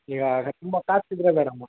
ಈಗ ತುಂಬ ಕಾಸ್ಟ್ ಇದ್ದರೆ ಮೇಡಮ್